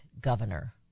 governor